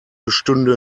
bestünde